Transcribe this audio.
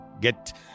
get